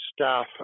staff